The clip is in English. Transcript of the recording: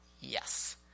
Yes